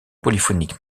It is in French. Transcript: polyphonique